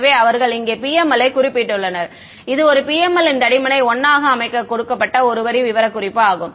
எனவே அவர்கள் இங்கே PML ஐக் குறிப்பிட்டுள்ளனர் இது ஒரு PML ன் தடிமனை 1 ஆக அமைக்க கொடுக்கப்பட்ட ஒரு வரி விவரக்குறிப்பு ஆகும்